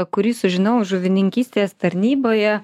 kurį sužinojau žuvininkystės tarnyboje